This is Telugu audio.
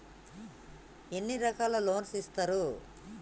ఎన్ని రకాల లోన్స్ ఇస్తరు?